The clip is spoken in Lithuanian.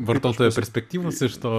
vartotojo perspektyvos iš to